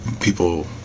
people